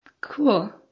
Cool